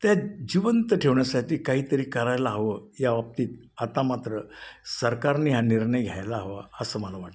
त्या जिवंत ठेवण्यासाठी काहीतरी करायला हवं या बाबतीत आता मात्र सरकारने हा निर्णय घ्यायला हवा असं मला वाटतं